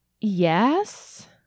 Yes